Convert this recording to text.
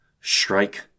Strike